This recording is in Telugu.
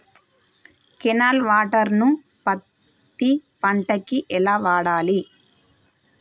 కెనాల్ వాటర్ ను పత్తి పంట కి ఎలా వాడాలి?